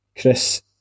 Chris